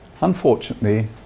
Unfortunately